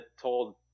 told